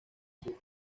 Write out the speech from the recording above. sur